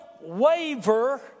waver